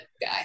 guy